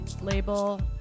label